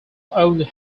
owned